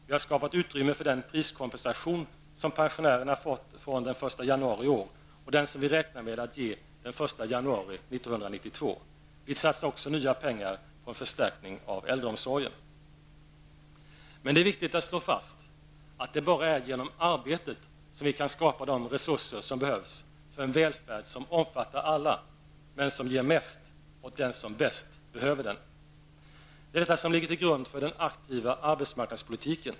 Vi har skapat utrymme för den priskompensation som pensionärerna har fått från den 1 januari i år och den som vi räknar med att ge den 1 januari 1992. Vi satsar också nya pengar på en förstärkning av äldreomsorgen. Men det är viktigt att slå fast att det bara är genom arbetet som vi kan skapa de resurser som behövs för en välfärd som omfattar alla, men som ger mest åt dem som bäst behöver den. Det är detta som ligger till grund för den aktiva arbetsmarknadspolitiken.